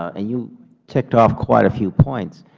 ah you ticked off quite a few points.